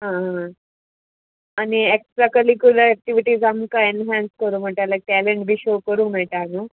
आं आनी extra curricular activities आमकां एनहान्स करूं मेयटा लायक टॅलंट बी शो करूं मेळटा न्हू